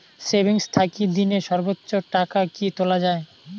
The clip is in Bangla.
সেভিঙ্গস থাকি দিনে সর্বোচ্চ টাকা কি তুলা য়ায়?